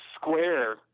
square